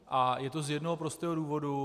A je to z jednoho prostého důvodu.